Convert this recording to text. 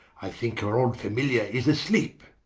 i thinke her old familiar is asleepe.